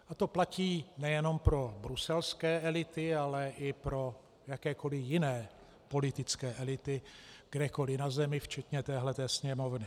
A to platí nejenom pro bruselské elity, ale i pro jakékoliv jiné politické elity kdekoliv na Zemi, včetně této Sněmovny.